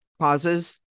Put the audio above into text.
causes